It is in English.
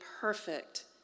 perfect